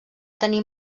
tenir